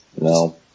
No